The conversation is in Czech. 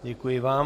Děkuji vám.